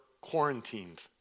quarantined